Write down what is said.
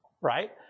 right